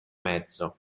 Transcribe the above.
mezzo